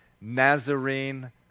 Nazarene